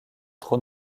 trop